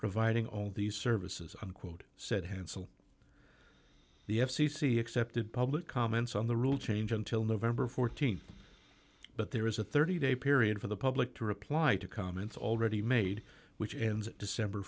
providing all these services unquote said hansel the f c c accepted public comments on the rule change until november th but there is a thirty day period for the public to reply to comments already made which ends december